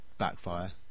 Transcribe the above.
backfire